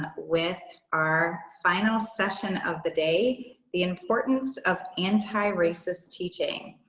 with our final session of the day. the importance of antiracist teaching.